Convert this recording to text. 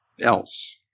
else